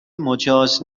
مجاز